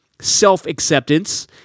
self-acceptance